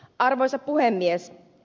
arvoisa puhemies